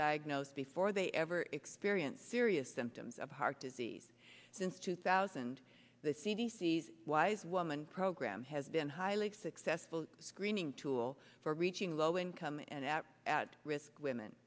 diagnosed before they ever experience serious symptoms of heart disease since two thousand the c d c s wise woman program has been highly successful screening tool for reaching low income and at at risk